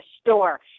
store